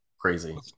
crazy